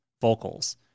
vocals